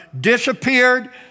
disappeared